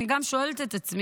אני שואלת גם את עצמי,